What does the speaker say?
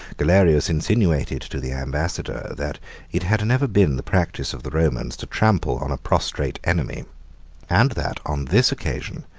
galerius insinuated to the ambassador, that it had never been the practice of the romans to trample on a prostrate enemy and that, on this occasion,